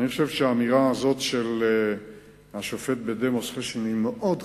האמירה הזו של השופט בדימוס חשין היא מאוד חמורה,